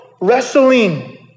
wrestling